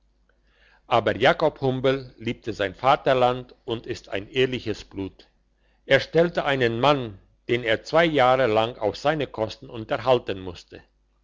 aber jakob humbel liebt sein vaterland und ist ein ehrliches blut er stellte einen mann den er zwei jahre lang auf seine kosten unterhalten musste